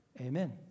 amen